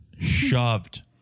shoved